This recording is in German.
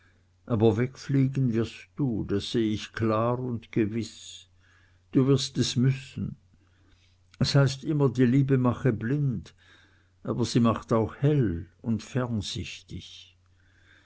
aber wegfliegen wirst du das seh ich klar und gewiß du wirst es müssen es heißt immer die liebe mache blind aber sie macht auch hell und